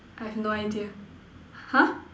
I have no idea !huh!